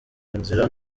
inzira